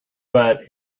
but